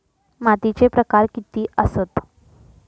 मातीचे प्रकार किती आसत?